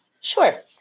Sure